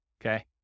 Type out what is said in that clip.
okay